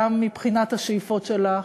גם מבחינת השאיפות שלך,